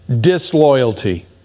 disloyalty